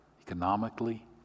economically